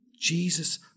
Jesus